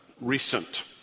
recent